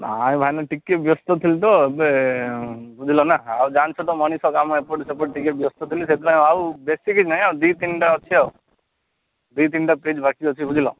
ନାହିଁ ଭାଇନା ଟିକେ ବ୍ୟସ୍ତ ଥିଲି ତ ଏବେ ବୁଝିଲ ନାଁ ଆଉ ଜାଣିଛ ତ ମଣିଷ କାମ ଏପଟ ସେପଟ ଟିକେ ବ୍ୟସ୍ତ ଥିଲି ସେଇଥିପାଇଁ ଆଉ ବେଶୀ କିଛି ନାହିଁ ଆଉ ଦୁଇ ତିନିଟା ଅଛି ଆଉ ଦୁଇ ତିନିଟା ପେଜ୍ ବାକି ଅଛି ବୁଝିଲ